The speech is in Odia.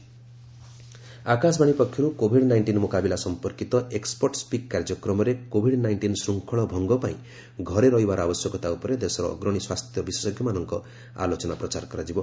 ଏକୁପୋର୍ଟ ସ୍ୱିକ୍ ଆକାଶବାଣୀ ପକ୍ଷରୁ କୋଭିଡ ନାଇଷ୍ଟିନ୍ ମୁକାବିଲା ସମ୍ପର୍କିତ ଏକ୍ୱପର୍ଟ ସ୍ୱିକ୍ କାର୍ଯ୍ୟକ୍ରମରେ କୋଭିଡ୍ ନାଇଷ୍ଟିନ୍ ଶୃଙ୍ଖଳ ଭଙ୍ଗ ପାଇଁ ଘରେ ରହିବାର ଆବଶ୍ୟକତା ଉପରେ ଦେଶର ଅଗ୍ରଣୀ ସ୍ୱାସ୍ଥ୍ୟ ବିଶେଷଜ୍ଞମାନଙ୍କ ଆଲୋଚନା ପ୍ରଚାର କରାଯିବ